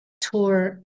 tour